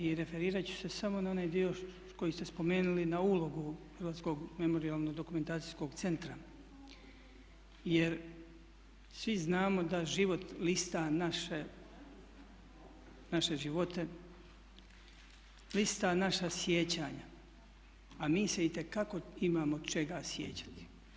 I referirat ću se samo na onaj dio koji ste spomenuli na ulogu Hrvatskog memorijalno-dokumentacijskog centra, jer svi znamo da život lista naše živote, lista naša sjećanja, a mi se itekako imamo čega sjećati.